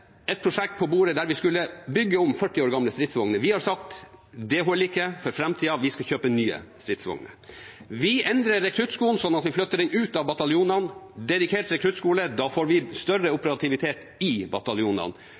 et prosjekt på bordet der de skulle bygge om 40 år gamle stridsvogner. Vi har sagt: Det holder ikke for framtida, vi skal kjøpe nye stridsvogner. Vi endrer rekruttskolen ved å flytte den ut av bataljonene. Med en dedikert rekruttskole får vi større operativitet i bataljonene,